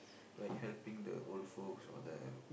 like helping the old folks all that